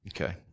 Okay